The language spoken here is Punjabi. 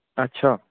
ਅੱਛਾ